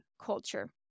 culture